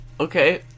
Okay